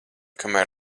kamēr